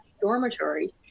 dormitories